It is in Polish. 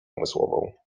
umysłową